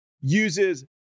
uses